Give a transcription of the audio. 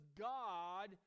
God